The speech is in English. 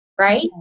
right